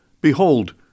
Behold